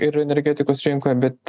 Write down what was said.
ir energetikos rinkoje bet